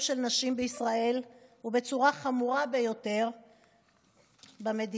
של נשים בישראל ובצורה חמורה ביותר במדינה.